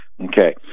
okay